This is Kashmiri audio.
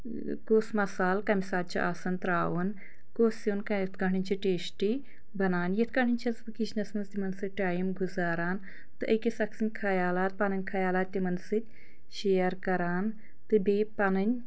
کُس مَصالہٕ کَمہِ ساتہٕ چھُ آسان ترٛاوُن کُس سیٛن کٕتھ کٲٹھۍ چھُ ٹیسٹی بَنان یِتھ کٲٹھۍ چھیٚس بہٕ کِچنَس منٛز تمَن سۭتۍ ٹایم گُزاران تہٕ أکِس اکھ سٕنٛدۍ خیالات پَنٕنۍ خَیالات تِمَن سۭتۍ شِیر کران تہٕ بیٚیہِ پَنٕنۍ